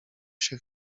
się